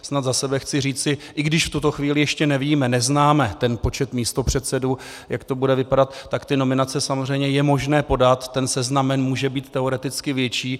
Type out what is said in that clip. Snad za sebe chci říci, že i když v tuto chvíli ještě nevíme, neznáme ten počet místopředsedů, jak to bude vypadat, tak nominace samozřejmě je možné podat, ten seznam jmen může být teoreticky větší.